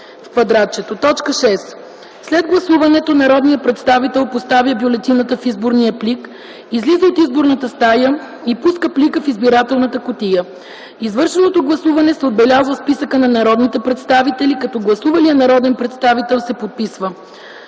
6. След гласуването народният представител поставя бюлетината в изборния плик, излиза от изборната стая и пуска плика в избирателната кутия. Извършеното гласуване се отбелязва в списъка на народните представители, като гласувалият народен представител се подписва.